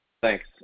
Thanks